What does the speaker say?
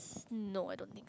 no I don't think